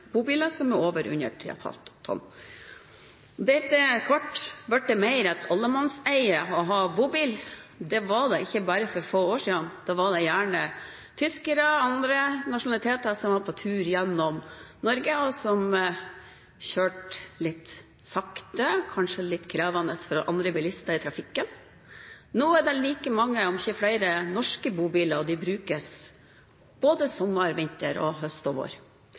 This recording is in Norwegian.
bobiler som er over og under 3,5 tonn. Det har etter hvert blitt mer av et allemannseie å ha bobil. Det var det ikke for bare få år siden. Da var det gjerne tyskere og andre nasjonaliteter som var på tur gjennom Norge, og som kjørte litt sakte, noe som kanskje var litt krevende for andre bilister i trafikken. Nå er det like mange, om ikke flere, norske bobiler, og de brukes både sommer, vinter, høst og vår.